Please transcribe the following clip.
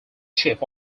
chief